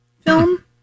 film